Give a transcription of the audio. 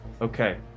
Okay